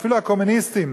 אפילו הקומוניסטים,